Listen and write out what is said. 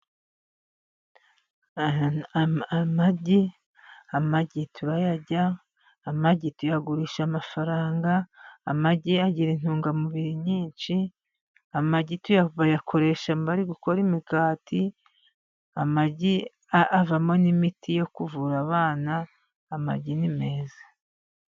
Amagi, amagi turayarya, amagi tuyagurisha amafaranga, amagi agira intungamubiri nyinshi, amagi tuya bayakoresha bari gukora imigati, amagi avamo n'imiti yo kuvura abana, amagi ni meza.